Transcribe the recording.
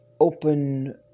open